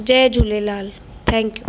Jay Jhulelal thank you